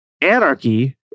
anarchy